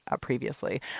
previously